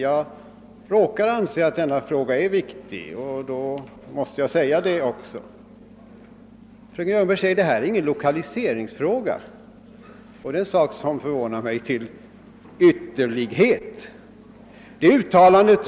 Men jag råkar anse att frågan är betydelsefull, och då måste jag väl också få säga det. Vidare sade fröken Ljungberg att det inte är någon lokaliseringsfråga vilket förvånar mig synnerligen mycket.